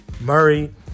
Murray